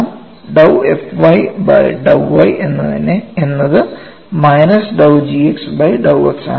dou f by dou y എന്നത് minus dou g by dou x ആണ്